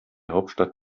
hauptstadt